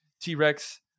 T-Rex